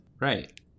Right